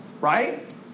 Right